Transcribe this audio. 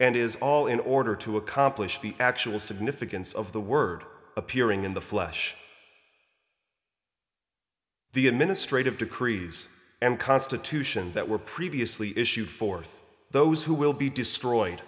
and is all in order to accomplish the actual significance of the word appearing in the flesh the administrative decrees and constitution that were previously issued forth those who will be destroyed